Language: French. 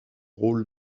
rôle